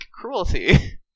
cruelty